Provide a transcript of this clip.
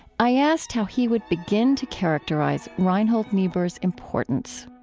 i asked how he would begin to characterize reinhold niebuhr's importance